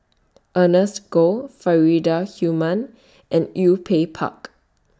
Ernest Goh Faridah Hanum and U pay Pak